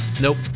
Nope